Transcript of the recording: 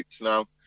now